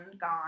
gone